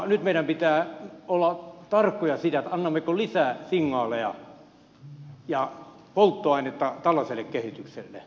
nyt meidän pitää olla tarkkoja siinä annammeko lisää signaaleja ja polttoainetta tällaiselle kehitykselle